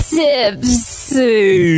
tipsy